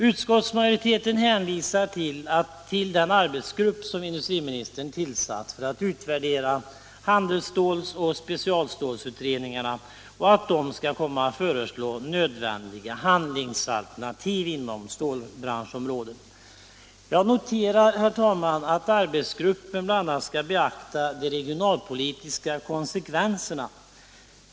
Utskottsmajoriteten hänvisar till att den arbetsgrupp som industriministern tillsatt för att utvärdera handelsstålsoch specialstålsutredningarna skall komma att föreslå nödvändiga handlingsalternativ inom stålbranschområdet. Jag noterar, herr talman, att arbetsgruppen bl.a. skall beakta de regionalpolitiska konsekvenserna.